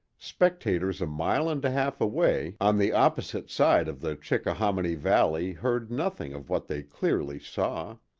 spectators a mile and a half away on the opposite side of the chickahominy valley heard nothing of what they clearly saw.